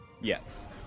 Yes